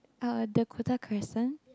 uh Dakota-Crescent